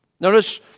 Notice